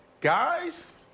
Guys